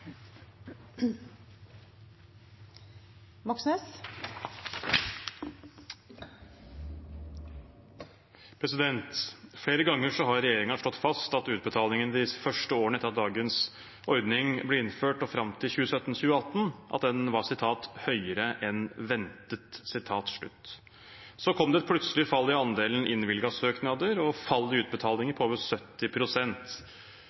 seinere. Flere ganger har regjeringen slått fast at utbetalingen de første årene etter at dagens ordning ble innført og fram til 2017–2018, var «høyere enn ventet». Så kom det plutselig et fall i andelen innvilgede søknader og fall i